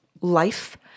life